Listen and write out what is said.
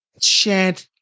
shared